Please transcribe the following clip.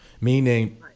meaning